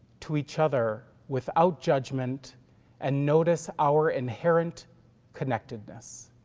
to each other without judgment and notice our inherent connectedness.